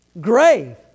Grave